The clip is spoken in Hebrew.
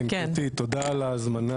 כן גבירתי, תודה על ההזמנה.